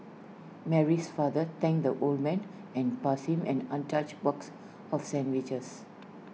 Mary's father thanked the old man and passed him an untouched box of sandwiches